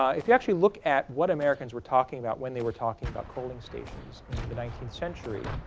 if you actually look at what americans were talking about when they were talking about coaling stations in the nineteenth century.